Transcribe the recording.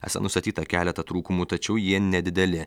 esą nustatyta keleta trūkumų tačiau jie nedideli